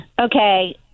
okay